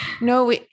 No